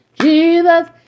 Jesus